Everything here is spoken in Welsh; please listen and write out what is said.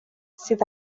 sydd